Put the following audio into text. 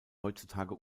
heutzutage